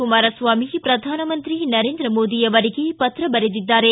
ಕುಮಾರಸ್ವಾಮಿ ಪ್ರಧಾನಮಂತ್ರಿ ನರೇಂದ್ರ ಮೋದಿ ಅವರಿಗೆ ಪತ್ರ ಬರೆದಿದ್ದಾರೆ